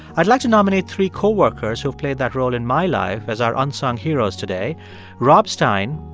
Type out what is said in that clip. i'd like to nominate three co-workers who've played that role in my life as our unsung heroes today rob stein,